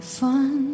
fun